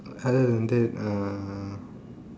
other than that uh